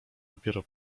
dopiero